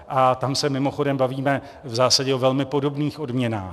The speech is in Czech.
A tam se mimochodem bavíme v zásadě o velmi podobných odměnách.